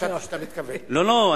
חשבתי שאתה מתכוון לשאול.